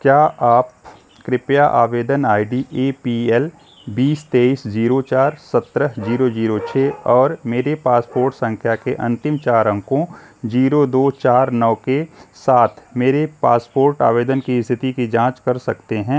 क्या आप कृपया आवेदन I D A P L बीस तेईस ज़ीरो चार सत्रह जीरो जीरो छः और मेरे पासपोर्ट संख्या के अंतिम चार अंकों ज़ीरो दो चार नौ के साथ मेरे पासपोर्ट आवेदन की स्थिति की जांच कर सकते हैं